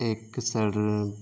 ایک سر